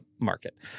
market